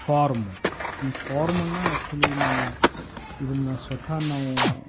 farm ಈ ಫಾರ್ಮನ್ನು actually ನಾವು ಇದನ್ನು ಸ್ವತಃ ನಾವು